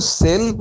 sell